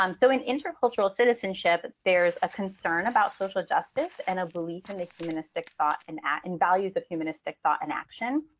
um so an intercultural citizenship. there's a concern about social justice and a belief in the humanistic thought and and values of humanistic thought and action.